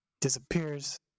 Disappears